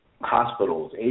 hospitals